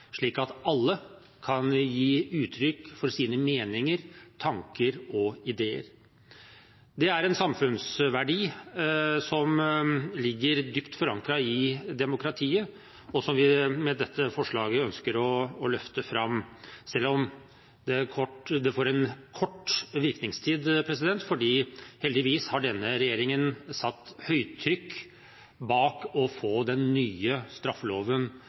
slik at alle kan gi uttrykk for sine meninger, tanker og ideer. Det er en samfunnsverdi som ligger dypt forankret i demokratiet, og som vi med dette forslaget ønsker å løfte fram, selv om det får en kort virkningstid, fordi denne regjeringen heldigvis har satt høyt trykk bak å få den nye straffeloven